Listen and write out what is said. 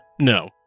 No